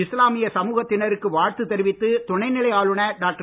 இஸ்லாமிய சமுகத்தினருக்கு வாழ்த்து தெரிவித்து துணைநிலை ஆளுநர் டாக்டர்